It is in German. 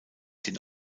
den